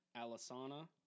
Alisana